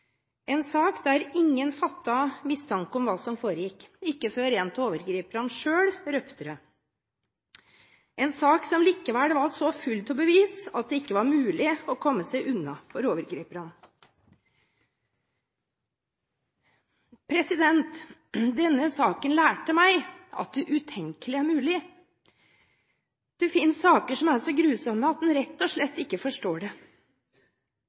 en sak der ingen fattet mistanke om hva som foregikk, ikke før en av overgriperne selv røpet det, en sak som likevel var så full av bevis at det ikke var mulig å komme seg unna for overgriperne. Denne saken lærte meg at det utenkelige er mulig. Det finnes saker som er så grusomme at en rett og slett ikke forstår det.